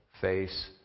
face